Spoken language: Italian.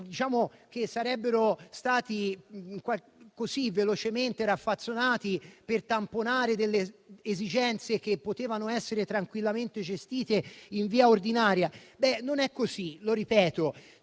piani che sarebbero stati velocemente raffazzonati per tamponare esigenze che potevano essere tranquillamente gestite in via ordinaria. Beh, non è così, e lo ripeto: